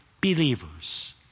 believers